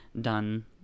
done